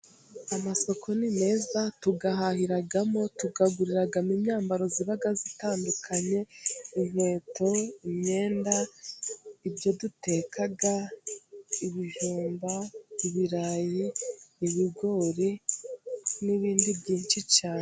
Amasoko ni meza tuyahahiragamo, tukaguriramo imyambaro iba itandukanye inkweto, imyenda, ibyo duteka ibijumba, ibirayi, ibigori n'ibindi byinshi cyane.